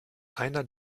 einer